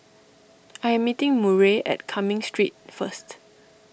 I am meeting Murray at Cumming Street first